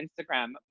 Instagram